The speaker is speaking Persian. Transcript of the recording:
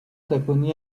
تکونی